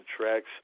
tracks